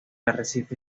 arrecife